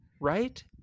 right